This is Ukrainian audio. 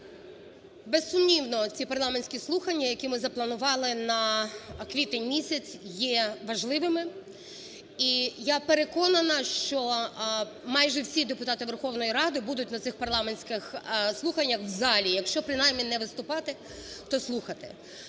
Безсумнівно, ці парламентські слухання, які ми запланували на квітень місяць, є важливими. І я переконана, що майже всі депутати Верховної Ради будуть на цих парламентських слуханнях в залі якщо, принаймні, не виступати, то слухати.